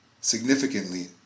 Significantly